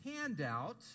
handout